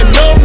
no